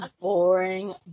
boring